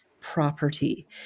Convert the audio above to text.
property